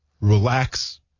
relax